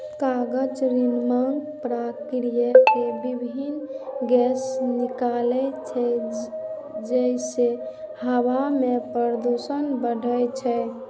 कागज निर्माणक प्रक्रिया मे विभिन्न गैस निकलै छै, जइसे हवा मे प्रदूषण बढ़ै छै